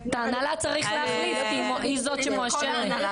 את ההנהלה צריך להחליף, כי היא זאת שמואשמת.